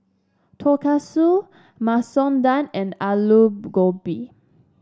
Tonkatsu Masoor Dal and Alu Gobi